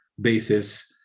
basis